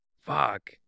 Fuck